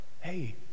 hey